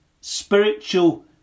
spiritual